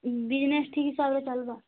business ଠିକ୍ ହିସାବରେ ଚାଲିବ